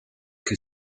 que